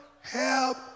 help